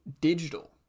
digital